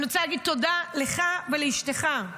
אני רוצה להגיד לך ולאשתך תודה,